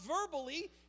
verbally